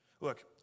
Look